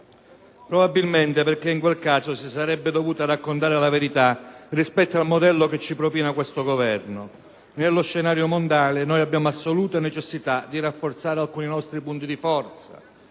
Probabilmente perché in quel caso si sarebbe dovuta raccontare la verità rispetto al modello che ci propina questo Governo. Nello scenario mondiale noi abbiamo assoluta necessità di rafforzare alcuni nostri punti di forza.